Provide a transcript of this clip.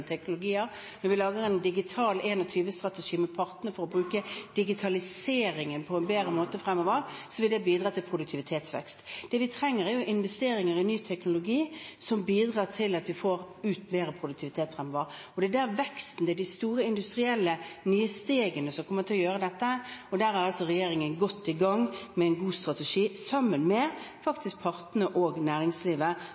teknologier, når vi lager en digital 21-strategi med partene for å bruke digitaliseringen på en bedre måte fremover – vil bidra til produktivitetsvekst. Det vi trenger, er investeringer i ny teknologi, som bidrar til at vi får mer produktivitet fremover. Det er der veksten er, de store industrielle, nye stegene som kommer til å gjøre dette, og regjeringen er altså godt i gang med en god strategi, faktisk sammen med